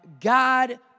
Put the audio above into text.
God